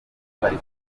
bari